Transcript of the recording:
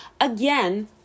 Again